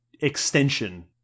Extension